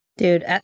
Dude